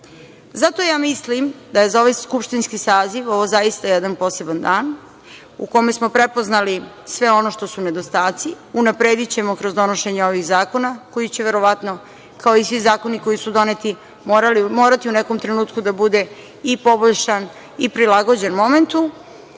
Zato ja mislim da je za ovaj skupštinski saziv ovo zaista jedan poseban dan u kome smo prepoznali sve ono što su nedostaci, unapredićemo kroz donošenje ovih zakona koji će verovatno, kao i svi zakoni koji su doneti, morati u nekom trenutku da bude i poboljšan i prilagođen momentu,